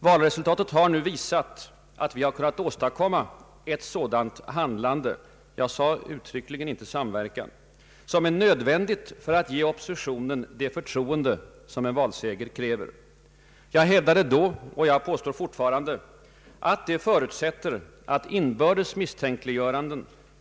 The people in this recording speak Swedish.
Valresultatet har nu visat, att vi kunnat åstadkomma ett sådant handlande jag sade uttryckligen icke samverkan — som är nödvändigt för att ge oppositionen det förtroende en valseger kräver. Jag häv Allmänpolitisk debatt dade då — och jag påstår fortfarande — att detta förutsätter, att inbördes misstänkliggörande